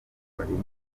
barimo